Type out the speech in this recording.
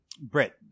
brit